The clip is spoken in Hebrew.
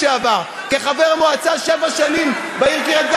כחבר מועצה שבע שנים בעיר קריית-גת,